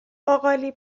باقالی